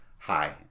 hi